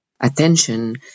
attention